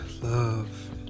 Love